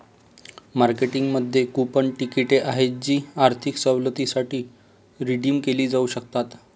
मार्केटिंगमध्ये कूपन तिकिटे आहेत जी आर्थिक सवलतींसाठी रिडीम केली जाऊ शकतात